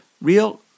real